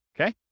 okay